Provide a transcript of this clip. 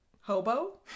Hobo